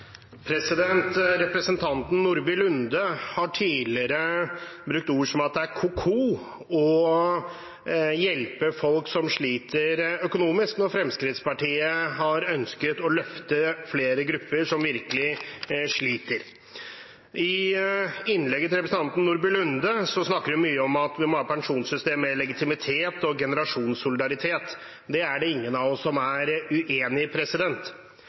hjelpe folk som sliter økonomisk, når Fremskrittspartiet har ønsket å løfte flere grupper som virkelig sliter. I innlegget sitt snakker representanten Nordby Lunde mye om at vi må ha et pensjonssystem med legitimitet og generasjonssolidaritet. Det er det ingen av oss som er uenig